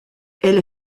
elle